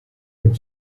and